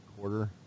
quarter